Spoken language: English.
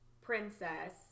princess